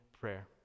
prayer